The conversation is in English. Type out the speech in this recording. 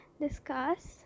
discuss